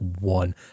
one